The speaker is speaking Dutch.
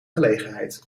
gelegenheid